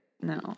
No